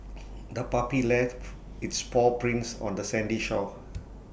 the puppy left its paw prints on the sandy shore